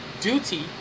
duty